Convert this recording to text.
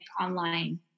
online